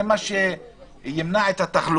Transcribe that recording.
זה מה שימנע את התחלואה?